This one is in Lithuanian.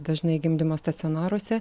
dažnai gimdymo stacionaruose